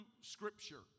scripture